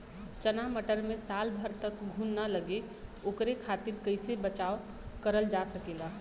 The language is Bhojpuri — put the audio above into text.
चना मटर मे साल भर तक घून ना लगे ओकरे खातीर कइसे बचाव करल जा सकेला?